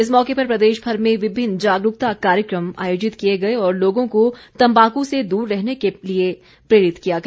इस मौके पर प्रदेशभर में विभिन्न जागरूकता कार्यक्रम आयोजित किए गए और लोगों को तंबाकू से दूर रहने के लिए प्रेरित किया गया